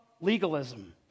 legalism